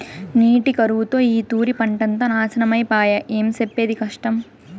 నీటి కరువుతో ఈ తూరి పంటంతా నాశనమై పాయె, ఏం సెప్పేది కష్టం